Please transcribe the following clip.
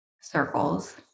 circles